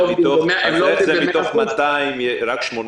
אז איך זה מתוך 200 רק 80